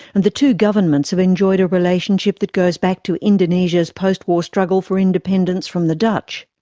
and the two governments have enjoyed a relationship that goes back to indonesia's post-war struggle for independence from the dutch.